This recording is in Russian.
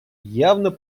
явно